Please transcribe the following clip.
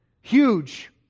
huge